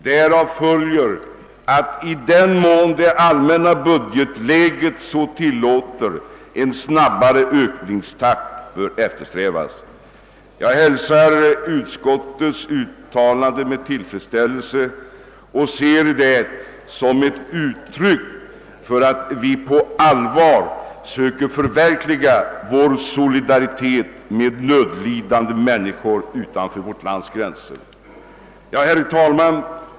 Därav följer att i den mån det allmänna budgetläget så tillåter en snabbare ökningstakt bör eftersträvas.» Jag hälsar utskottets uttalande med tillfredsställelse och ser det som ett uttryck för att vi på allvar söker förverkliga vår solidaritet med nödlidande människor utanför vårt lands gränser. Herr talman!